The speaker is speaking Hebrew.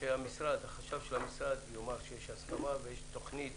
ושהחשב של המשרד יאמר שיש הסכמה ויש תוכנית.